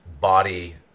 body